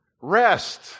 rest